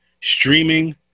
Streaming